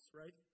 right